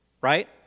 Right